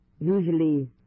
Usually